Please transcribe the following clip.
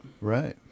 Right